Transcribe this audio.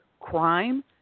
crime